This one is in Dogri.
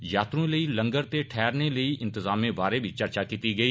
यात्रुए लेई लंगर ते ठैहरने लेई इंतजामें बारै बी चर्चा कीत्ती गेई